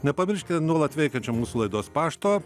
nepamirškite nuolat veikiančio mūsų laidos pašto